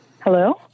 Hello